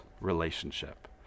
relationship